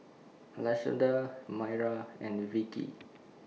Lashonda Myra and Vickey